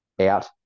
out